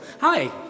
Hi